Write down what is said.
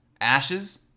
Ashes